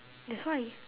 that's why